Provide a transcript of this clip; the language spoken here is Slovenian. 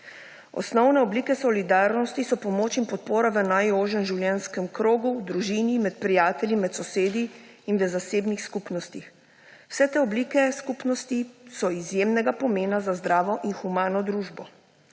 Osnovne oblike solidarnosti so pomoč in podpora v najožjem življenjskem krogu, v družini, med prijatelji, med sosedi in v zasebnih skupnostih. Vse te oblike skupnosti so izjemnega pomena za zdravo in humano družbo.